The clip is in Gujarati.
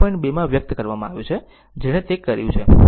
2 માં વ્યક્ત કરવામાં આવ્યું છે જેણે તે કર્યું છે